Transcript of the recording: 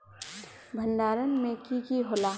भण्डारण में की की होला?